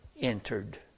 entered